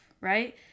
right